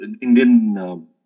Indian